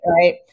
right